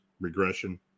regression